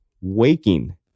waking